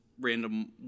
random